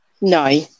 No